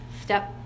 step